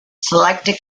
selected